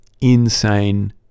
insane